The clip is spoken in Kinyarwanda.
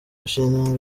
ushinzwe